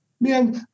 Man